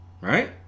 Right